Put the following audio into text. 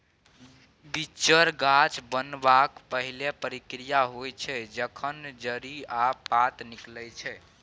बीचर गाछ बनबाक पहिल प्रक्रिया होइ छै जखन जड़ि आ पात निकलै छै